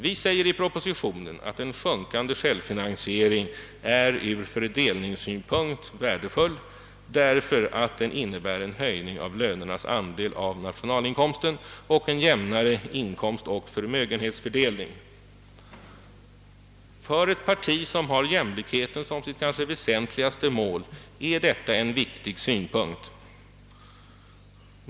Vi säger i propositionen att en sjunkande självfinansiering ur fördelningssynpunkt är värdefull därför att den innebär en höjning av lönernas andel av nationalinkomsten och en jämnare inkomstoch förmögenhetsfördelning. För ett parti som har jämlikheten som sitt kanske väsentligaste mål är detta en viktig punkt.